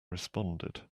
responded